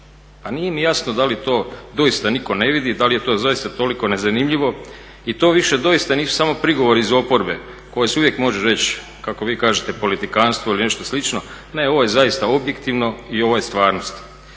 Pa nije mi jasno da li to doista nitko ne vidi, da li je to zaista toliko nezanimljivo i to više doista nisu samo prigovori iz oporbe koji se uvijek može reći kako vi kažete politikantstvo ili nešto slično. Ne, ovo je zaista objektivno i ovo je stvarnost.